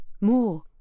More